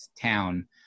town